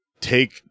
take